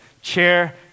chair